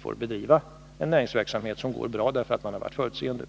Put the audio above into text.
får bedriva en näringsverksamhet som går bra därför att man har varit förutseende.